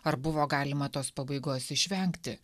ar buvo galima tos pabaigos išvengti